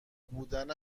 بودن